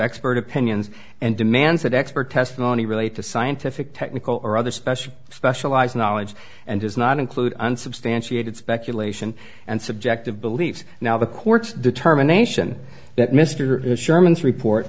expert opinions and demands that expert testimony relate to scientific technical or other special specialized knowledge and does not include unsubstantiated speculation and subjective beliefs now the court's determination that mr sherman's report